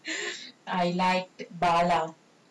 I like bala